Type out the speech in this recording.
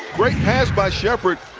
great pass by sheppard.